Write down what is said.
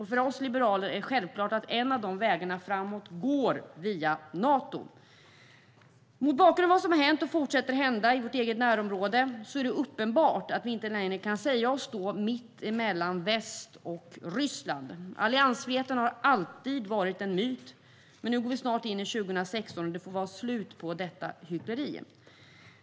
För oss liberaler är det självklart att en av vägarna framåt går via Nato. Mot bakgrund av det som hänt - och fortsätter att hända - i vår eget närområde är det uppenbart att vi inte längre kan säga oss stå mittemellan väst och Ryssland. Alliansfriheten har alltid varit en myt. Men vi går nu snart in i 2016, och det får vara slut på detta hyckleri.